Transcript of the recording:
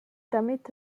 damit